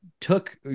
took